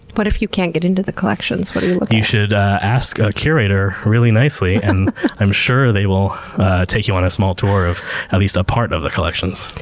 but if you can't get into the collections? what do you look at? you should ask a curator really nicely and i'm sure they will take you on a small tour of at least a part of the collections.